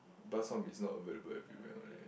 bak-chor-mee is not a available everywhere I feel